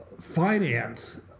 finance